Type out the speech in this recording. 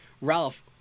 Ralph